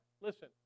listen